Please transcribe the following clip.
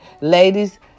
Ladies